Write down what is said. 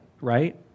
Right